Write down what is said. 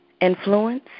influence